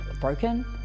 broken